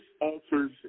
alters